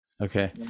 Okay